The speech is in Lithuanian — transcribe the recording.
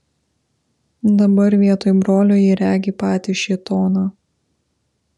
dabar vietoj brolio ji regi patį šėtoną